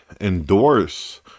endorse